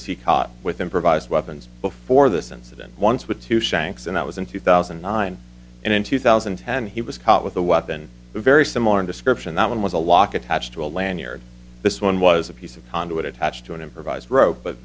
was he caught with improvised weapons before this incident once with two shanks and it was in two thousand and nine and in two thousand and ten he was caught with a weapon a very similar description that one was a lock attached to a lanyard this one was a piece of conduit attached to an improvised rope